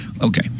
okay